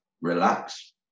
relax